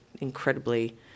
incredibly